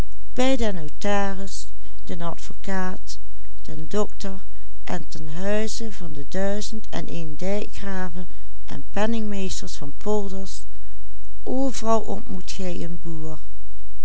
den dokter en ten huize van de duizend en een dijkgraven en penningmeesters van polders overal ontmoet gij een boer